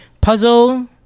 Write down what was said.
puzzle